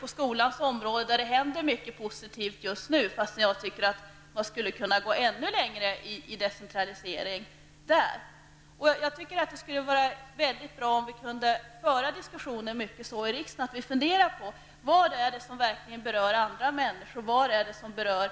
På skolans område exempelvis händer det mycket positivt just nu, fast jag tycker att man skulle kunna gå ännu längre i fråga om decentralisering. Det skulle vara väldigt bra om vi här i riksdagen kunde föra diskussionen så att vi frågar oss vad som starkt berör andra människor och